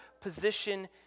position